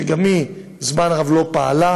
שגם היא זמן רב לא פעלה.